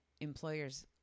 employers